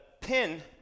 pin